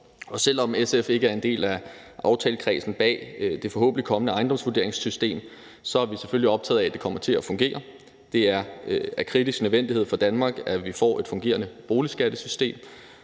og selv om SF ikke er en del af aftalekredsen bag det forhåbentlig kommende ejendomsvurderingssystem, er vi selvfølgelig optaget af, at det kommer til at fungere. Det er af kritisk nødvendighed for Danmark, at vi får et fungerende boligskattesystem,